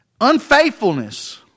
Unfaithfulness